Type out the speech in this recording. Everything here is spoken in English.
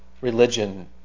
religion